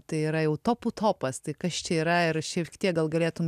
tai yra jau topų topas tai kas čia yra ir šiek tiek gal galėtum